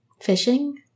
Fishing